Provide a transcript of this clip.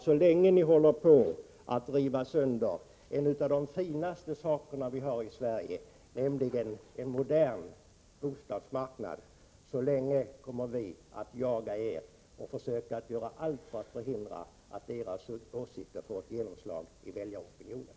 Så länge ni håller på att riva sönder någonting av det finaste vi har i Sverige, nämligen en modern bostadsmarknad, kommer vi att jaga er och göra allt för att försöka förhindra att era åsikter får ett genomslag i väljaropinionen.